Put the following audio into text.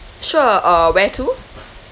sure uh where to